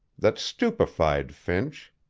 that stupefied finch.